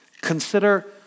Consider